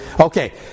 Okay